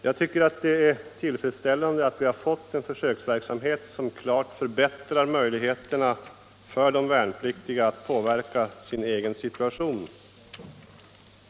Jag finner det tillfredsställande att vi har fått en försöksverksamhet som klart ökar möjligheterna för de värnpliktiga att påverka sin egen situation.